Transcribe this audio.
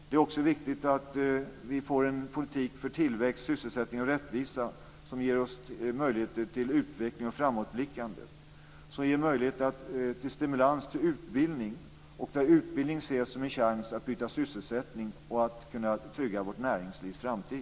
Det är också viktigt att vi får en politik för tillväxt, sysselsättning och rättvisa som ger oss möjligheter till utveckling och framåtblickande. Det är viktigt med möjlighet till stimulans och utbildning där utbildning ses som en chans att byta sysselsättning och att kunna trygga vårt näringslivs framtid.